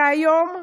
והיום,